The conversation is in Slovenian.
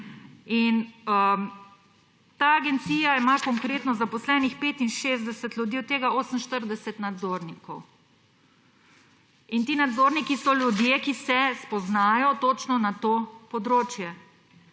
Ta agencija ima konkretno zaposlenih 65 ljudi, od tega 48 nadzornikov. Ti nadzorniki so ljudje, ki se spoznajo točno na to področje.